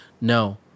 No